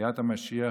ביאת המשיח,